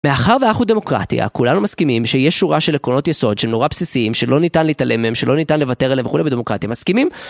מאחר ואנחנו דמוקרטיה, כולנו מסכימים שיש שורה של עקרונות יסוד שהם נורא בסיסיים, שלא ניתן להתעלם מהם, שלא ניתן לוותר עליהם וכולי בדמוקרטיה, מסכימים?